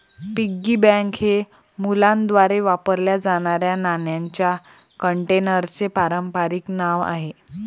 piggy bank हे मुलांद्वारे वापरल्या जाणाऱ्या नाण्यांच्या कंटेनरचे पारंपारिक नाव आहे